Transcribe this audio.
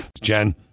Jen